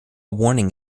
warning